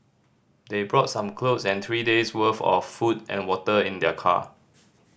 they brought some clothes and three days worth of food and water in their car